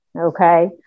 Okay